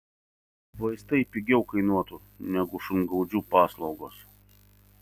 vaistai pigiau kainuotų negu šungaudžių paslaugos